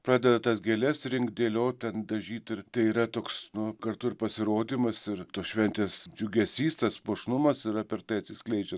pradeda tas gėles rinkt dėliot ten dažyt ir tai yra toks nu kartu ir pasirodymas ir tos šventės džiugesys tas puošnumas yra per tai atsiskleidžia